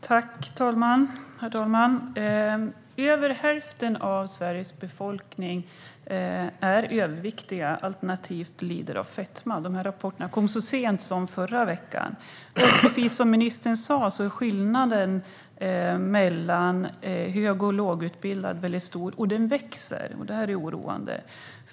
Herr talman! Över hälften av Sveriges befolkning är överviktig alternativt lider av fetma. Dessa rapporter kom så sent som i förra veckan. Precis som ministern sa är skillnaden mellan hög och lågutbildade väldigt stor, och den växer. Det är oroande.